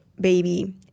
baby